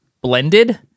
blended